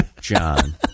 John